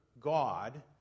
God